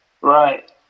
Right